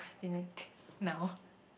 procrastinating now